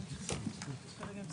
בסדר, נשאיר את זה ככה.